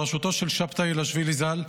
בראשותו של שבתאי אלאשווילי ז"ל,